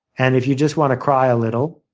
and if you just want to cry a little,